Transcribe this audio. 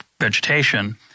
vegetation